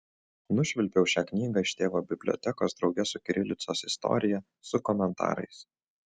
nušvilpiau šią knygą iš tėvo bibliotekos drauge su kirilicos istorija su komentarais